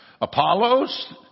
Apollos